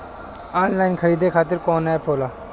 Online खरीदे खातीर कौन एप होला?